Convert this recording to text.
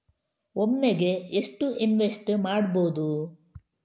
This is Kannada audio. ಒಮ್ಮೆಗೆ ಎಷ್ಟು ಇನ್ವೆಸ್ಟ್ ಮಾಡ್ಬೊದು?